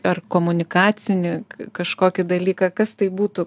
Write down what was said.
ar komunikacinį kažkokį dalyką kas tai būtų